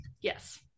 yes